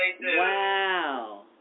wow